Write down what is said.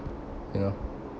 you know